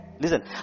listen